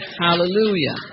Hallelujah